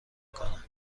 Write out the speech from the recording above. کند